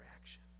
action